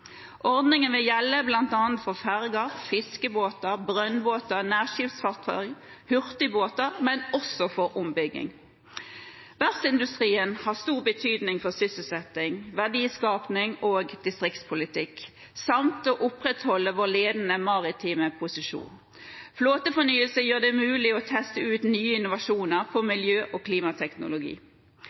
Ordningen vil gjelde for bl.a. ferger, fiskebåter, brønnbåter, nærskipsfartøy, hurtigbåter og også ombygging. Verftsindustrien har stor betydning for sysselsetting, verdiskaping og distriktspolitikk samt for å opprettholde vår ledende maritime posisjon. Flåtefornyelse gjør det mulig å teste ut nye innovasjoner på miljø- og klimateknologi.